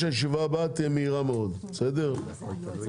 הישיבה ננעלה בשעה 12:14.